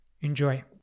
Enjoy